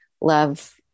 love